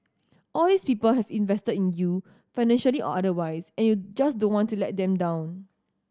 all these people have invested in you financially or otherwise and you just don't want to let them down